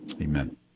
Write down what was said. amen